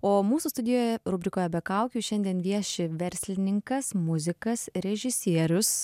o mūsų studijoje rubrikoje be kaukių šiandien vieši verslininkas muzikas režisierius